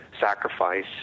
sacrifice